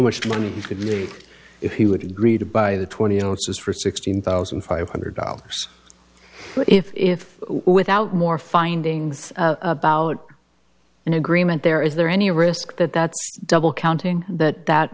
much money he could need if he would agree to buy the twenty ounces for sixteen thousand five hundred dollars if without more findings about an agreement there is there any risk that that's double counting that that